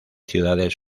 ciudades